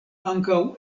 ankaŭ